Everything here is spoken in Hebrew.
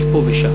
יש פה ושם,